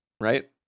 Right